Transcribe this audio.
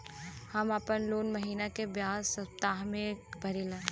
हम आपन लोन महिना के बजाय सप्ताह में भरीला